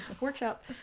workshop